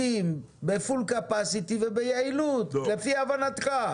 עובדים ב-full capacity וביעילות, לפי הבנתך?